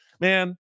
man